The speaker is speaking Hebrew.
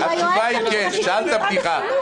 הוא היועץ המשפטי של משרד החינוך,